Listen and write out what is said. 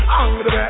angry